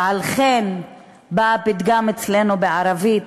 ועל כן בא הפתגם אצלנו בערבית,